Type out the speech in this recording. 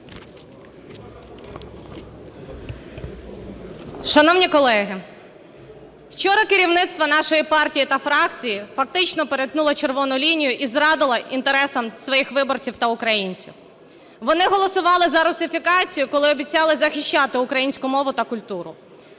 Шановні колеги! Вчора керівництво нашої партії та фракції фактично перетнуло "червону лінію" і зрадило інтересам своїх виборців та українців. Вони голосували за русифікацію, коли обіцяли захищати українську мову та культуру.